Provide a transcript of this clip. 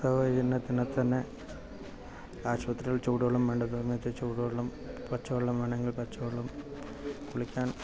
പ്രസവ പരിചരണത്തിനു തന്നെ ആശുപത്രിയിൽ ചൂടുവെള്ളം വേണ്ട സമയത്ത് ചൂടുവെള്ളം പച്ചവെള്ളം വേണമെങ്കിൽ പച്ചവെള്ളം കുളിക്കാൻ